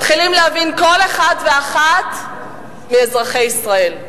מתחילים להבין כל אחד ואחת מאזרחי ישראל,